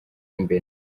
imbere